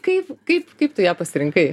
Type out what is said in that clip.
kaip kaip kaip tu ją pasirinkai